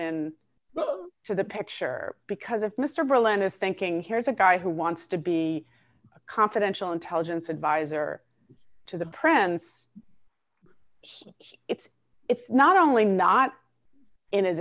in to the picture because if mr berlin is thinking here's a guy who wants to be a confidential intelligence advisor to the prince it's not only not in his